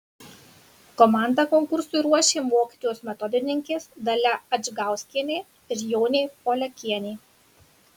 komandą konkursui ruošė mokytojos metodininkės dalia adžgauskienė ir jonė poliakienė